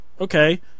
okay